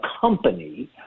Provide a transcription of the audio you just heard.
company